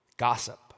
gossip